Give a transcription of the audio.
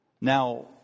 Now